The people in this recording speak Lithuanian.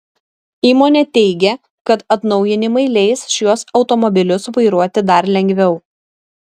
įmonė teigia kad atnaujinimai leis šiuos automobilius vairuoti dar lengviau